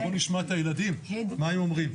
בואו נשמע את הילדים, מה הם אומרים.